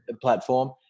platform